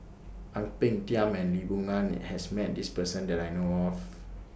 Ang Peng Tiam and Lee Boon Ngan has Met This Person that I know of